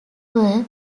were